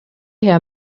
herr